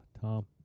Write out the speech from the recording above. Tom